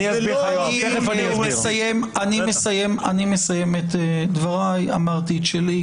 אמרתי את שלי.